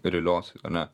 realios ane